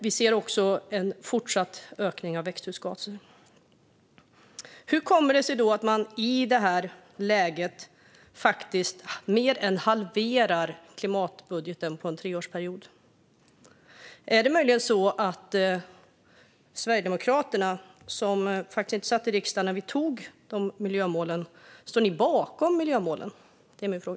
Vi ser också en fortsatt ökning av växthusgaser. Hur kommer det sig då att man faktiskt mer än halverar klimatbudgeten under en treårsperiod? Sverigedemokraterna satt inte i riksdagen när vi antog miljömålen. Min fråga är om ni står bakom dem.